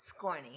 Scorny